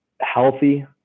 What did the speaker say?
healthy